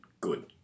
good